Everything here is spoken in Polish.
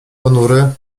ponury